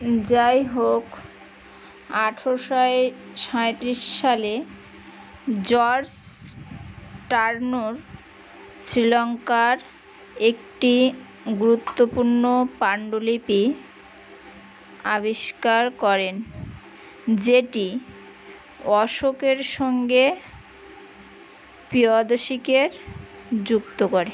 যাই হোক আঠেরোশো সাঁইত্রিশ সালে জর্জ টার্নার শ্রীলঙ্কার একটি গুরুত্বপূর্ণ পাণ্ডুলিপি আবিষ্কার করেন যেটি অশোকের সঙ্গে প্রিয়দসিকে যুক্ত করে